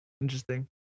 interesting